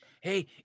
Hey